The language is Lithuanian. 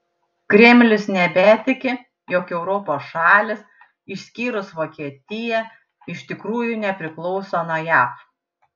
kremlius nebetiki jog europos šalys išskyrus vokietiją iš tikrųjų nepriklauso nuo jav